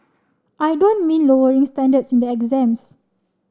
I don't mean lowering standards in the exams